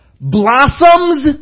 blossoms